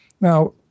Now